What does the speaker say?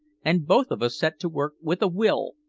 and both of us set to work with a will,